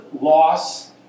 loss